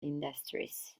industries